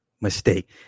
mistake